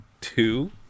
two